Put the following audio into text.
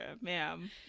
ma'am